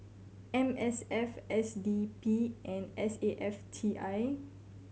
M S F S D P and S A F T I